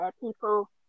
people